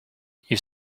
you